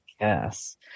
Yes